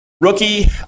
rookie